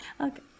okay